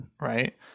right